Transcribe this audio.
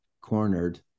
cornered